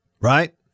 Right